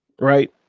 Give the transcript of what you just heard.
right